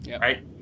right